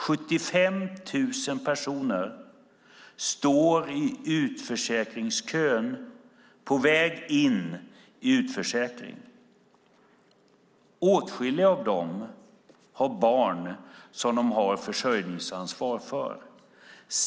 75 000 personer står i utförsäkringskön på väg in i utförsäkring. Åtskilliga av dem har barn som de har försörjningsansvar för.